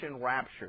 rapture